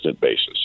basis